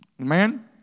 Amen